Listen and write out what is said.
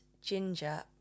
Ginger